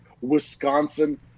Wisconsin